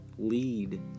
lead